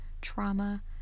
trauma